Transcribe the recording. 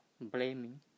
blaming